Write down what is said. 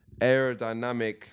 aerodynamic